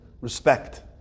respect